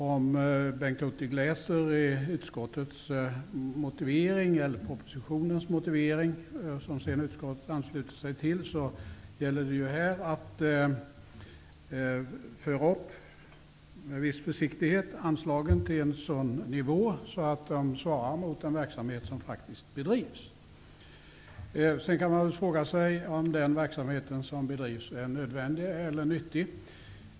Om Bengt Hurtig läser propositionens motivering, som utskottet ansluter sig till, finner han att det här gäller att med viss försiktighet föra upp anslagen till en sådan nivå att de svarar mot den verksamhet som faktiskt bedrivs. Sedan kan man fråga sig om den verksamhet som bedrivs är nödvändig eller nyttig.